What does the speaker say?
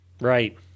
Right